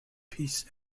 peace